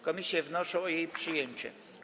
Komisje wnoszą o jej przyjęcie.